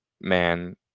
man